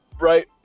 right